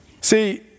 See